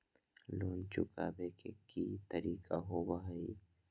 Loan चुकाबे के की तरीका होबो हइ?